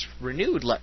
renewed